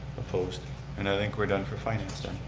opposed and i think we're done for financing.